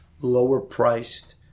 lower-priced